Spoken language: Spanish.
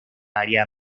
área